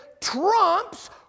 trumps